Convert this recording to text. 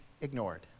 ignored